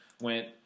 went